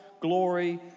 glory